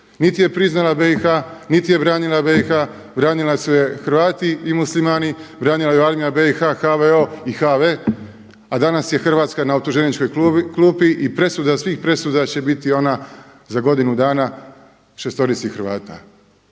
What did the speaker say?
niti je priznala BIH, niti je branila BIH, branili su je Hrvati i Muslimani, branila ju je Armija BIH, HVO i HV, a danas je Hrvatska na optuženičkoj kupi i presuda svih presuda će biti ona za godinu dana šestorici Hrvata.